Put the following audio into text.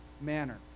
manner